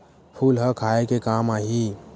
फूल ह खाये के काम आही?